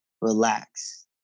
relax